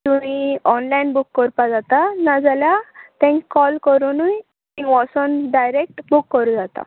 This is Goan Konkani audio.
तुमी ऑनलायन बूक कोरपा जाता नाजाल्यार तेंक कॉल करुनूय थिंग वोसोन डायरेक्ट बूक करूं जाता